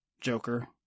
Joker